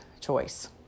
choice